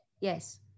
yes